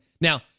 Now